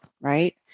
right